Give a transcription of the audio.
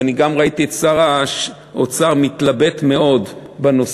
וגם ראיתי את שר האוצר מתלבט בנושא,